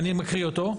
אני מקריא אותו,